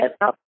up